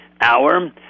hour